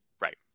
Right